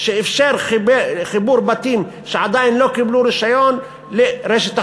שאפשר חיבור בתים שעדיין לא קיבלו רישיון לרשת החשמל.